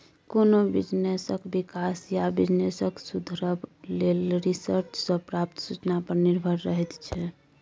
कोनो बिजनेसक बिकास या बिजनेस सुधरब लेखा रिसर्च सँ प्राप्त सुचना पर निर्भर रहैत छै